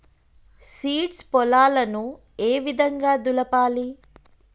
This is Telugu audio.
సీడ్స్ పొలాలను ఏ విధంగా దులపాలి?